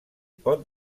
pot